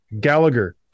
Gallagher